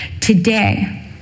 Today